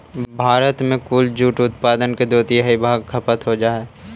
भारत में कुल जूट उत्पादन के दो तिहाई भाग खपत हो जा हइ